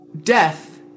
death